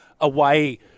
away